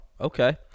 Okay